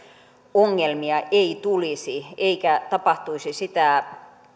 ongelmia ei tulisi eikä tapahtuisi sitä